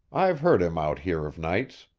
i've heard em out here of nights.